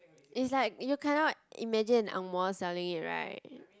it's like you cannot imagine angmoh selling it right